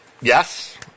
Yes